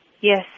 yes